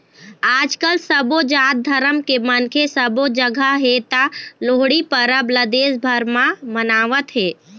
आजकाल सबो जात धरम के मनखे सबो जघा हे त लोहड़ी परब ल देश भर म मनावत हे